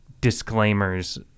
disclaimers